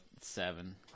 seven